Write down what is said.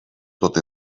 tot